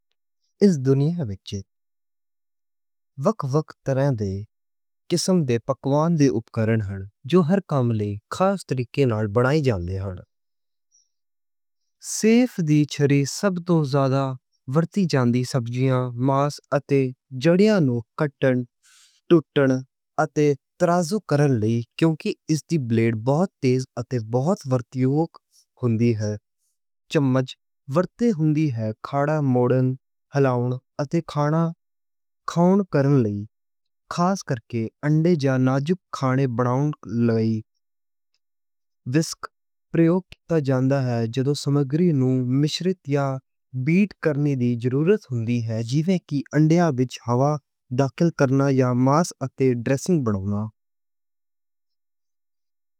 اس دنیا وچ وکھ وکھ طرحاں دے قسم پکوان اوپکرن ہن۔ جو ہر کم لئی خاص طریقے نال ورتے جاندے ہن۔ شیف دی چھری سب توں زیادہ ورتی جاندی سبزیاں، ماس اتے جڑیاں نوں کٹن، چھلّن اتے تراش کرن لئی۔ کیونکہ اس دی بلیڈ بہت تیز اتے بہت ورتی جاندی ہوندی اے۔ چمچ ورتے جاندے ہن خوراک نوں موڑن، ہلاؤن اتے کھانا کھاؤن لئی۔ خاص کر کے انڈے یا نازک کھانے ودھاؤن لئی۔ وِسک استعمال کیتا جاندا اے جدوں سمگری نوں مشرت یا بیٹ کرنی دی لوڑ ہوندی اے۔ جیوں کہ انڈیاں وچ ہوا داخل کرنا یا ماس اتے ڈریسنگ ودھونا۔